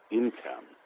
income